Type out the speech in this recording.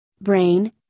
brain